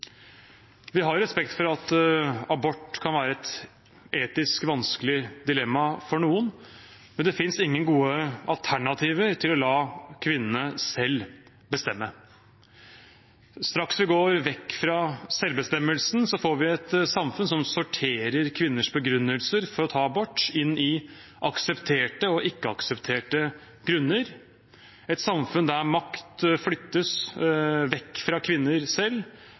Vi har respekt for at abort kan være et etisk vanskelig dilemma for noen, men det fins ingen gode alternativer til å la kvinnene selv bestemme. Straks vi går vekk fra selvbestemmelsen, får vi et samfunn som sorterer kvinners begrunnelser for å ta abort i aksepterte og ikke-aksepterte grunner, et samfunn der makt flyttes vekk fra kvinner selv,